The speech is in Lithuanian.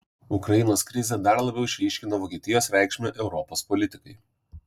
ukrainos krizė dar labiau išryškino vokietijos reikšmę europos politikai